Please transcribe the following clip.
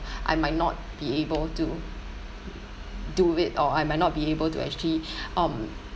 I might not be able to do it or I might not be able to actually um